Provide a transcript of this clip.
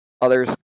others